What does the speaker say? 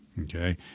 okay